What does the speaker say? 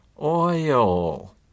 Oil